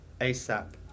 ASAP